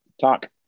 talk